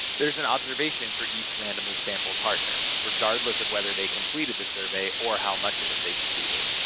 there's an observation for each randomly sampled partner regardless of whether they completed the survey or how much of it they completed.